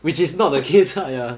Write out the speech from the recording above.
which is not the case lah ya